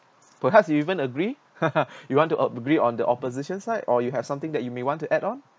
perhaps even agree you want to agree on the opposition side or you have something that you may want to add on